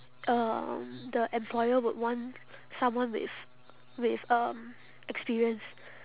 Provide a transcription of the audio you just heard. um the employer would want someone with with um experience